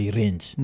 range